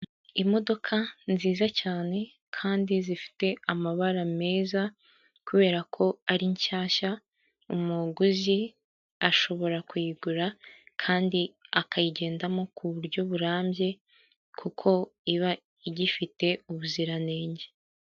Imodoka nziza cyane kandi zifite amabara meza kubera ko ari nshyashya, umuguzi ashobora kuyigura kandi akayigendamo ku buryo burambye kuko iba igifite ubuziranenge.